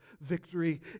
victory